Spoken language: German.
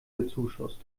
bezuschusst